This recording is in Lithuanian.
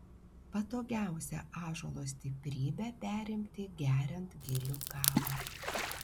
patogiausia ąžuolo stiprybę perimti geriant gilių kavą